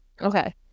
Okay